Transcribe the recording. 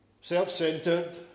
self-centered